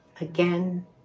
again